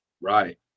Right